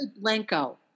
Blanco